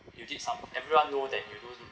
you did some everyone know that you do